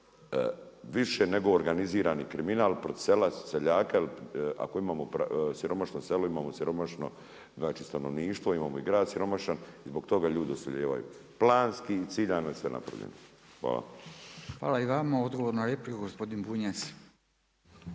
više nego organizirani kriminal protiv sela, seljaka. Jel ako imamo siromašno selo imamo siromašno stanovništvo, imamo i grad siromašan i zbog toga ljudi odseljavaju. Planski i ciljano je sve napravljeno. Hvala. **Radin, Furio (Nezavisni)** Hvala i vama. Odgovor na repliku gospodin Bunjac.